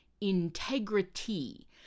integrity